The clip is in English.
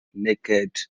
naked